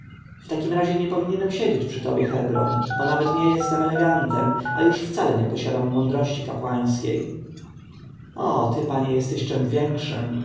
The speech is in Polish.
w takim razie nie powinienem siedzieć przy tobie hebron bo nawet nie jestem elegantem a już wcale nie posiadam mądrości kapłańskiej o ty panie jesteś czemś większem